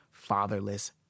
fatherless